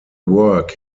work